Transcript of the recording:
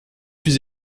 plus